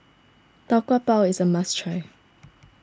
Tau Kwa Pau is a must try